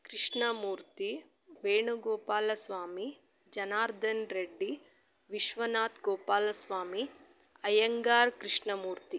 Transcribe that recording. Krishnamurthy Venugopalaswamy Janardhan Reddy Vishwanath Gopala Swami Iyengar Krishnamurthy